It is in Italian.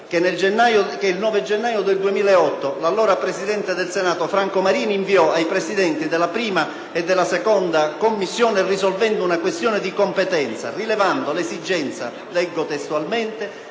che il 9 gennaio 2008 l’allora presidente del Senato Franco Marini invio ai Presidenti della 1ª e della 2ª Commissione risolvendo una questione di competenza, rilevando l’esigenza – leggo testualmente